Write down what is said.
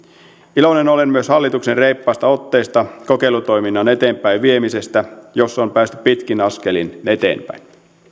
iloinen olen myös hallituksen reippaasta otteesta kokeilutoiminnan eteenpäinviemisestä jossa on päästy pitkin askelin eteenpäin